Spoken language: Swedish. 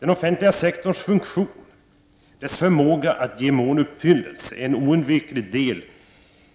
Den offentliga sektorns funktion, dess förmåga att ge måluppfyllelse, måste oundvikligen bli